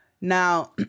Now